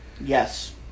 Yes